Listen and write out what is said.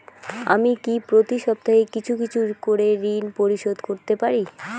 আমি কি প্রতি সপ্তাহে কিছু কিছু করে ঋন পরিশোধ করতে পারি?